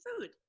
food